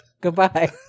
goodbye